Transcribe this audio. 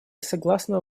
согласна